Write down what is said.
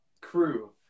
crew